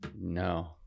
No